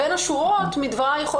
בין השורות, עולה מדבריים,